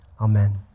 amen